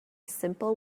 simple